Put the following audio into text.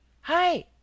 Hi